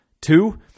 Two